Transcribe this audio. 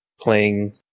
playing